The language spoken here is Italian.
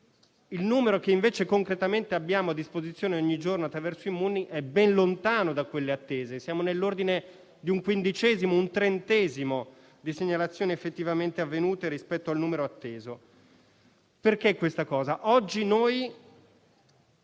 il numero che invece concretamente abbiamo a disposizione ogni giorno attraverso Immuni è ben lontano da quello atteso: siamo nell'ordine di un quindicesimo o un trentesimo di segnalazioni effettivamente avvenute rispetto al numero atteso. Questo avviene